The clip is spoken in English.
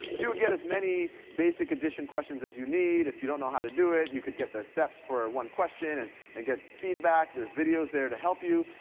you would get as many basic addition questions as you need. if you don't know how to do it, you could get the steps for one question and and get feedback, there's videos there to help you.